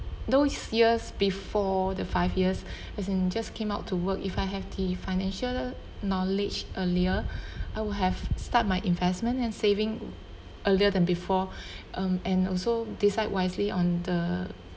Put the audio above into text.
those years before the five years as in just came out to work if I have the financial knowledge earlier I would have start my investment and saving earlier than before um and also decide wisely on the